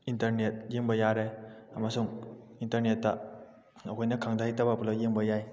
internet ꯌꯦꯡꯕ ꯌꯥꯔꯦ ꯑꯃꯁꯨꯡ ꯏꯟꯇꯔꯅꯦꯠꯇ ꯑꯩꯈꯣꯏꯅ ꯈꯪꯗ ꯍꯩꯇꯕ ꯄꯨꯂꯞ ꯌꯦꯡꯕ ꯌꯥꯏ